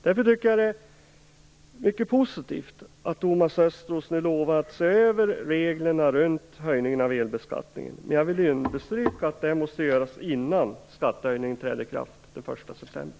Därför tycker jag att det är mycket positivt att Thomas Östros nu lovar att se över reglerna runt höjningen av elbeskattningen, men jag vill understryka att det måste göras innan skattehöjningen träder i kraft den 1 september.